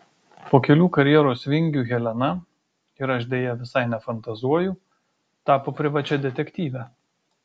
po kelių karjeros vingių helena ir aš deja visai nefantazuoju tapo privačia detektyve